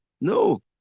No